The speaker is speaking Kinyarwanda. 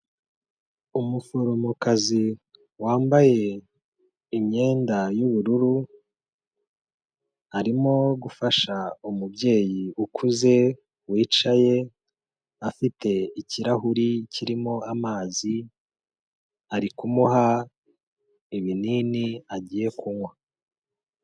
Umuforomokazi wambaye imyenda y'ubururu, arimo gufasha umubyeyi ukuze, wicaye afite ikirahuri kirimo amazi, ari kumuha ibinini agiye kunywa.